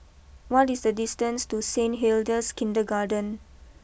what is the distance to Saint Hildas Kindergarten